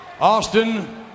Austin